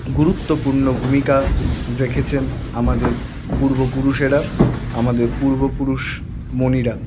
গুরুত্বপূর্ণ ভূমিকা রেখেছেন আমাদের পূর্বপুরুষেরা আমাদের পূর্বপুরুষমণিরা